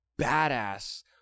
badass